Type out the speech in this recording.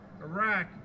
Iraq